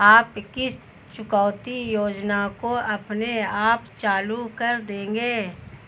आप किस चुकौती योजना को अपने आप चालू कर देंगे?